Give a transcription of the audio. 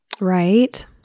Right